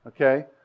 Okay